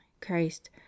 christ